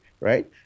right